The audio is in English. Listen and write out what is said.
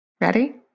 Ready